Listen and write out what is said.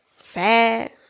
Sad